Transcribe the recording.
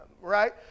right